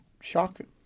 shocking